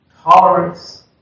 tolerance